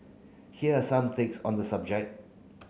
here are some takes on the subject